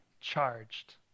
charged